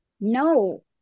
No